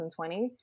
2020